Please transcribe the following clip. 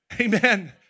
Amen